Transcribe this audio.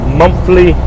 monthly